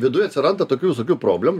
viduj atsiranda tokių visokių problem